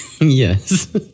yes